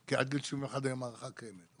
כי עד גיל 71 היום ההארכה קיימת,